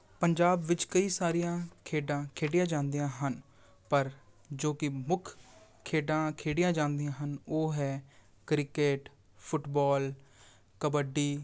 ਪੰਜਾਬ ਵਿੱਚ ਕਈ ਸਾਰੀਆਂ ਖੇਡਾਂ ਖੇਡੀਆਂ ਜਾਂਦੀਆਂ ਹਨ ਪਰ ਜੋ ਕਿ ਮੁੱਖ ਖੇਡਾਂ ਖੇਡੀਆਂ ਜਾਂਦੀਆਂ ਹਨ ਉਹ ਹੈ ਕ੍ਰਿਕੇਟ ਫੁੱਟਬੋਲ ਕਬੱਡੀ